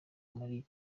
muri